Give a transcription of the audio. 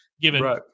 given